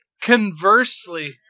conversely